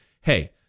hey